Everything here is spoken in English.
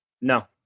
No